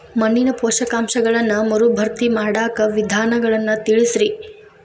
ಮಣ್ಣಿನ ಪೋಷಕಾಂಶಗಳನ್ನ ಮರುಭರ್ತಿ ಮಾಡಾಕ ವಿಧಾನಗಳನ್ನ ತಿಳಸ್ರಿ